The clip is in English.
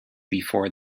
before